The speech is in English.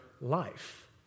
life